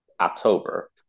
October